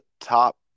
top